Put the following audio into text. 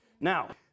Now